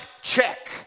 check